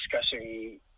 discussing